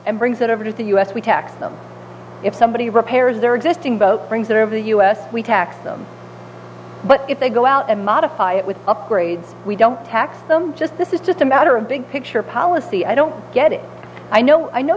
and brings it over to us we tax them if somebody repairs their existing boat brings that over us we tax them but if they go out and modify it with upgrades we don't tax them just this is just a matter of big picture policy i don't get it i know i know